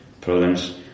problems